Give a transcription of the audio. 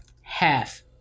Half